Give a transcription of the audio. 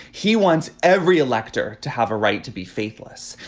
he wants every elector to have a right to be faithless.